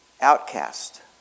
Outcast